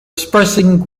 expressing